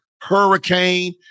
Hurricane